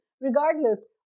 regardless